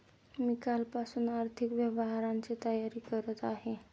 मी कालपासून आर्थिक व्यवहारांची तयारी करत आहे